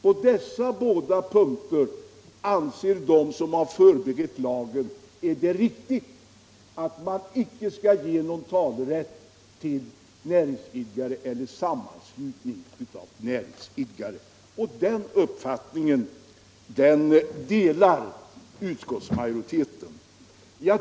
I dessa båda fall anser de som har förberett lagen att det inte är riktigt att ge talerätt åt näringsidkare eller sammanslutning av näringsidkare, och den uppfattningen delar utskottsmajoriteten.